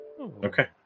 Okay